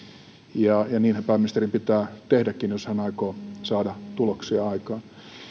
niinhän pääministerin pitää tehdäkin jos hän aikoo saada tuloksia aikaan